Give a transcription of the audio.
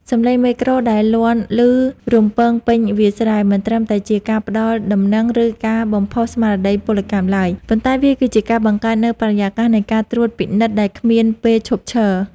សម្លេងមេក្រូដែលលាន់ឮរំពងពេញវាលស្រែ មិនត្រឹមតែជាការផ្ដល់ដំណឹង ឬការបំផុសស្មារតីពលកម្មឡើយ ប៉ុន្តែវាគឺជាការបង្កើតនូវបរិយាកាសនៃការត្រួតពិនិត្យដែលគ្មានពេលឈប់ឈរ។